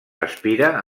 aspira